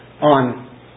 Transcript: on